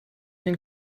den